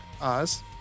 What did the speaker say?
Oz